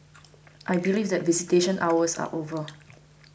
I believe that visitation hours are over